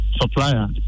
supplier